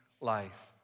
life